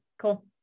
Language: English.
cool